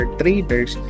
traders